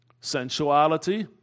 sensuality